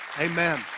Amen